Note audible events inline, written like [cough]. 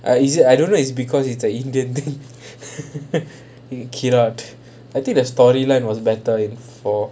ah is it I don't know it's because it's the indian thing [laughs] cannot I think the storyline was better in four